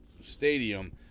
stadium